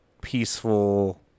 peaceful